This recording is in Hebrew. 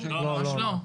ממש לא.